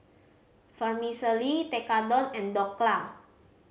Fermicelli Tekkadon and Dhokla